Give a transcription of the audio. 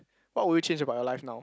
what would you change about your life now